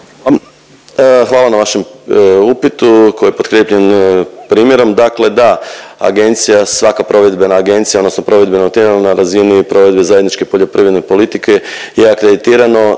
Hvala na vašem upitu koji je potkrijepljen primjerom. Dakle da, agencija, svaka provedbena agencija odnosno provedbeno tijelo na razini provedbe Zajedničke poljoprivredne politike je akreditirano